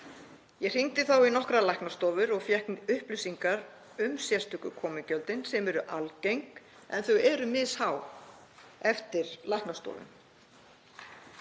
Ég hringdi þá í nokkrar læknastofur og fékk upplýsingar um sérstöku komugjöldin sem eru algeng en mishá eftir læknastofum.